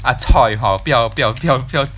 ah !choy! hor 不要不要不要